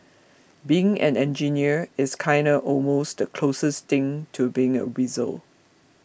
being an engineer is kinda almost the closest thing to being a wizard